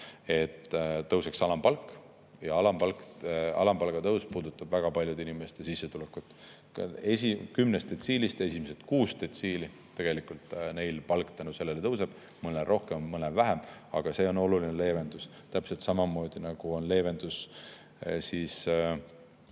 et tõuseks alampalk. Alampalga tõus puudutab väga paljude inimeste sissetulekut. Kümnest detsiilist esimesel kuuel detsiilil tegelikult palk tänu sellele tõuseb, mõnel rohkem, mõnel vähem, aga see on oluline leevendus. Täpselt samamoodi, nagu on leevendus